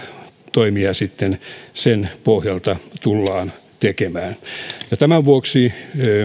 toimia sitten sen pohjalta tullaan tekemään tämän vuoksi